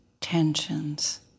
tensions